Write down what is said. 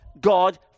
God